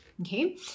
okay